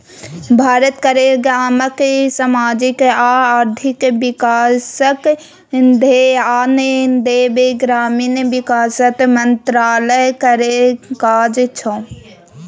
भारत केर गामक समाजिक आ आर्थिक बिकासक धेआन देब ग्रामीण बिकास मंत्रालय केर काज छै